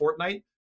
fortnite